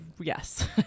yes